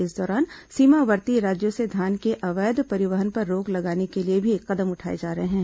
इस दौरान सीमावर्ती राज्यों से धान के अवैध परिवहन पर रोक लगाने के लिए भी कदम उठाए जा रहे हैं